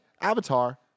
avatar